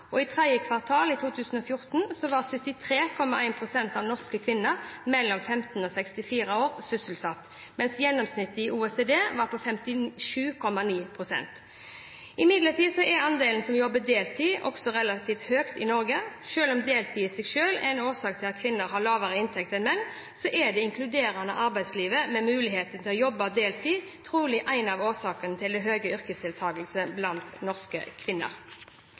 I tredje kvartal i 2014 var 73,1 pst. av norske kvinner mellom 15 år og 64 år sysselsatt, mens gjennomsnittet i OECD var 57,9 pst. Imidlertid er andelen som jobber deltid, også relativt høy i Norge. Selv om deltid i seg selv er en årsak til at kvinner har lavere inntekt enn menn, er det inkluderende arbeidslivet med muligheter for å jobbe deltid trolig en av årsakene til den høye yrkesdeltakelsen blant norske kvinner.